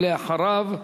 ואחריו,